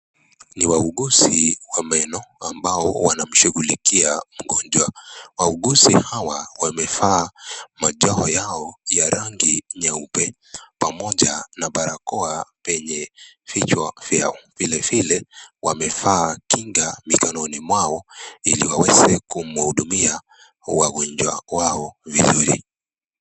Ni wauguzi wa meno ambao wanamshughulikia mgonjwa. Wauguzi hawa wamevaa majoho yao ya rangi nyeupe, pamoja na barakoa kwenye vichwa zao, vile vile wameva kinga mikononi mwao, ili waweze kumhudumia wagonjwa wao vizuri.